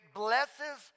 blesses